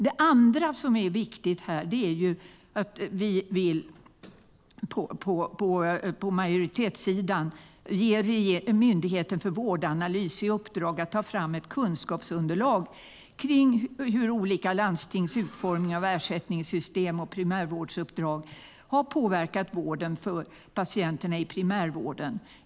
Det andra som är viktigt är att vi på majoritetssidan vill ge Myndigheten för vårdanalys i uppdrag att ta fram ett kunskapsunderlag kring hur olika landstings utformning av ersättningssystem och primärvårdsuppdrag har påverkat vården för patienterna i primärvården.